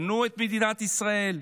בנו את מדינת ישראל,